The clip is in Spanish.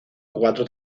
cuatro